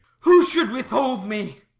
who should withhold me?